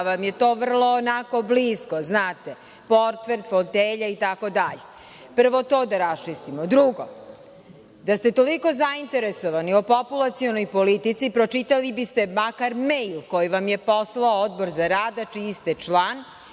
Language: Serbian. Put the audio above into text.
pa vam je to vrlo blisko - portfelja, fotelja itd. prvo to da raščistimo. Drugo, da ste toliko zainteresovani o populacionoj politici pročitali biste makar mejl koji vam je poslao Odbor za rad, a čiji ste član